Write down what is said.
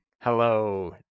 Hello